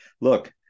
look